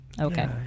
Okay